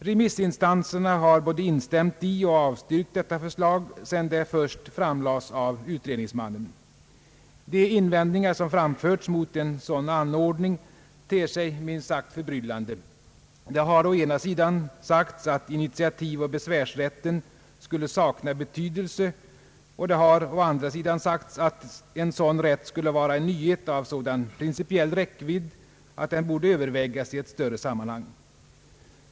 Remissinstanserna har både instämt i och avstyrkt detta förslag, sedan det först framlades av utredningsmannen. De invändningar som framförts mot en sådan anordning ter sig minst sagt förbryllande. Det har å ena sidan sagts att initiativoch besvärsrätten skulle sakna betydelse, och det har å andra sidan sagts att dylik rätt skulle vara en nyhet av sådan principiell räckvidd att den borde övervägas i ett större sammanhang.